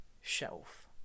shelf